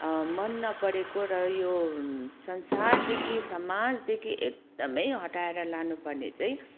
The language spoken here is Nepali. मन नपरेको र यो संसारदेखि समाजदेखि एकदमै हटाएर लानुपर्ने चाहिँ